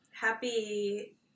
Happy